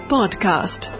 Podcast